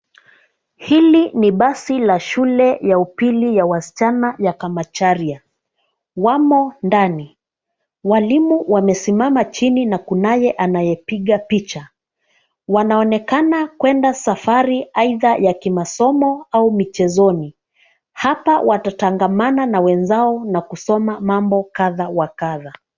Hili ni basi la shule ya upili ya wasichana ya Kamacharia. Wamo ndani. Walimu wamesimama chini na kunaye anayepiga picha. Wanaonekana kwenda safari aidha ya kimasomo au michezoni. Hapa watatangamana na wenzao na kusoma mambo kadha wa kadha.